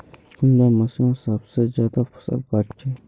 कुंडा मशीनोत सबसे ज्यादा फसल काट छै?